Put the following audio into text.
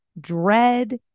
dread